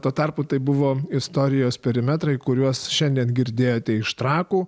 tuo tarpu tai buvo istorijos perimetrai kuriuos šiandien girdėjote iš trakų